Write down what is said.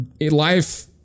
life